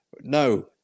no